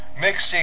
mixing